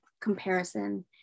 comparison